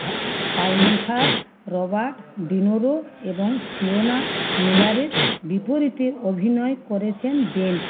পুফা পাইমফার Robert De Niro এবং Sienna মিলারের বিপরীতে অভিনয় করেছেন ডেনস